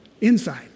Inside